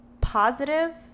positive